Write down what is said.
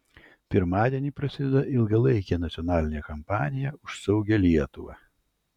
pirmadienį prasideda ilgalaikė nacionalinė kampanija už saugią lietuvą